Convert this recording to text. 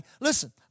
Listen